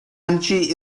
energy